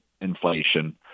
inflation